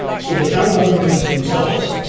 so the town home units themselves